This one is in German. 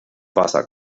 wasser